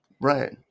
Right